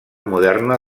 moderna